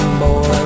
boy